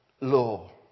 law